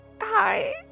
Hi